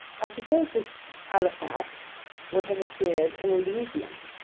i suppose this halifax would have appeared an elysium,